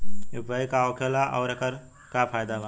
UPI का होखेला आउर एकर का फायदा बा?